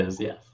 yes